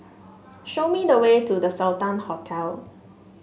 show me the way to The Sultan Hotel